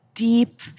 Deep